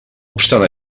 obstant